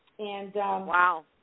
Wow